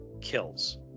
kills